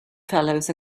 fellows